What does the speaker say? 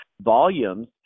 volumes